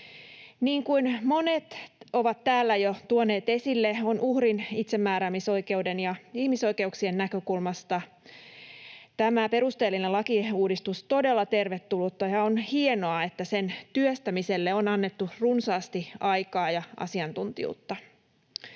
Niin kuin monet ovat täällä jo tuoneet esille, uhrin itsemääräämisoikeuden ja ihmisoikeuksien näkökulmasta tämä perusteellinen lakiuudistus on todella tervetullut, ja on hienoa, että sen työstämiselle on annettu runsaasti aikaa ja asiantuntijuutta.